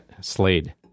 Slade